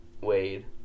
Wade